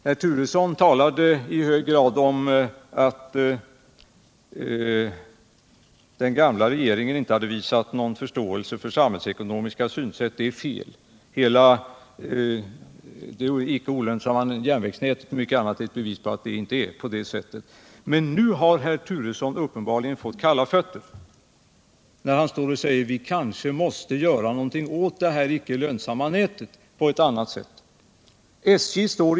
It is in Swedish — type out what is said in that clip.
Herr Turesson talade mycket om att den gamla regeringen inte hade visat någon förståelse för samhällsekonomiska synsätt. Det är fel. Anslaget till det olönsamma järnvägsnätet och mycket annat utgör bevis på att det inte är på det sättet. Men nu har herr Turesson uppenbarligen fått kalla fötter, eftersom han står här och säger: Vi kanske på ett annat sätt måste göra någonting åt det här icke lönsamma nätet. SJ har i dag en sits med miljardskulder.